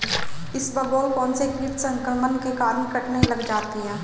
इसबगोल कौनसे कीट संक्रमण के कारण कटने लग जाती है?